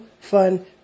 fun